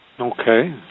Okay